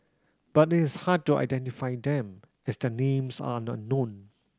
but it is hard to identify them as their names are unknown